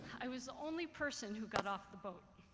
i was the only person who got off the boat.